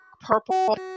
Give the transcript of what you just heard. purple